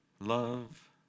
love